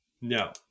No